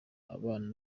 abana